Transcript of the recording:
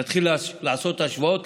נתחיל לעשות השוואות?